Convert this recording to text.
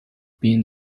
been